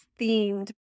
themed